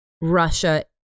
Russia